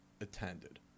attended